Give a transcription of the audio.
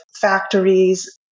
factories